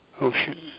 ocean